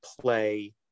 play